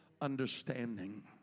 understanding